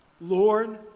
Lord